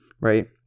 right